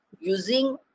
using